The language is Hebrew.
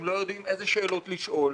הם לא יודעים איזה שאלות לשאול,